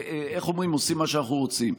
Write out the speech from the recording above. איך אומרים עושים מה שאנחנו רוצים.